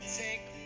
take